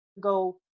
go